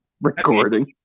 recording